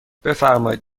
بفرمایید